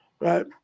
right